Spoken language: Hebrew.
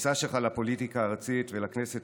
הכניסה שלך לפוליטיקה הארצית ולכנסת